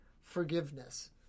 forgiveness